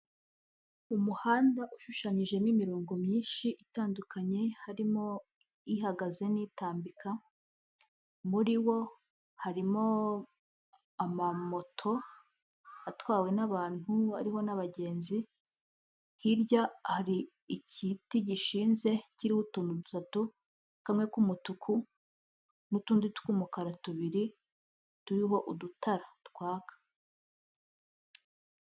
Umuhanda ushushanyijemo imirongo myinshi itandukanye, harimo ihagaze n'itambika, muri bo harimo amamoto atwawe n'abantu, ariho n'abagenzi, hirya hari igiti gishinze kiriho utuntu dutatu, kamwe k'umutuku n'utundi tw'umukara tubiri, turiho udutara twaka.